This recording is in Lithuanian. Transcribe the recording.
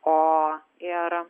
o ir